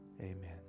Amen